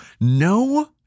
no